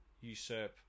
usurp